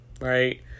right